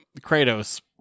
Kratos